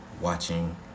watching